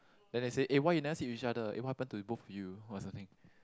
then they say eh why you never sit with each other eh what happen to the both of you or something